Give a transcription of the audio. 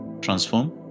transform